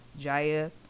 Jaya